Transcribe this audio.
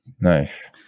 Nice